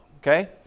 Okay